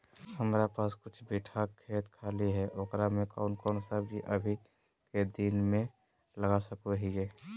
हमारा पास कुछ बिठा खेत खाली है ओकरा में कौन कौन सब्जी अभी के दिन में लगा सको हियय?